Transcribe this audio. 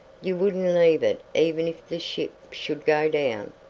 you wouldn't leave it even if the ship should go down.